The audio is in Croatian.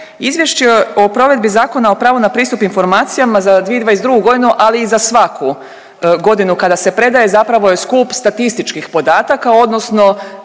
izvješće o provedbi Zakona o pravu na pristup informacijama za 2022. godinu ali i za svaku godinu kada se predaje zapravo je skup statističkih podataka odnosno